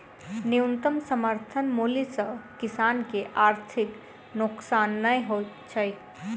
न्यूनतम समर्थन मूल्य सॅ किसान के आर्थिक नोकसान नै होइत छै